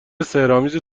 سحرآمیز